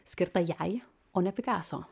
skirta jai o ne pikaso